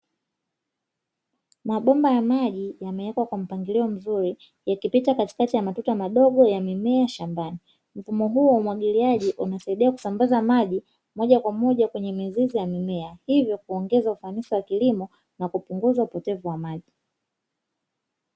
Mabomba ya maji yamewekwa kwa mpangilio mzuri yakipita katikati ya matuta madogo ya mimea shambani, mfumo huo umwagiliaji unasaidia kusambaza maji moja kwa moja kwenye mizizi ya mimea, hivyo kuongeza ufanisi wa kilimo na kupunguza upotevu wa maji.